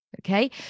Okay